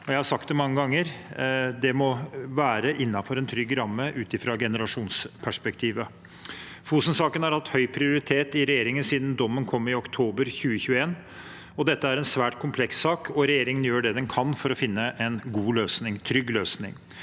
Jeg har sagt det mange ganger: Det må være innenfor en trygg ramme ut fra generasjonsperspektivet. Fosen-saken har hatt høy prioritet i regjeringen siden dommen kom i oktober 2021. Dette er en svært kompleks sak, og regjeringen gjør det den kan for å finne en god, trygg løsning.